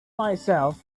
myself